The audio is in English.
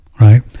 right